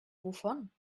wovon